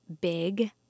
big